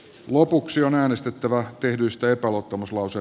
lopuksi on äänestettävä tehdyistä epäluottamuslause